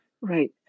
Right